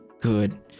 good